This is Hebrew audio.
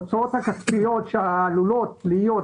מבחינת ההוצאות הכספיות שעלולות להיות,